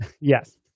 yes